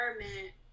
environment